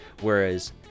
Whereas